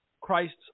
Christ's